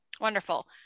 wonderful